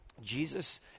Jesus